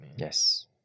Yes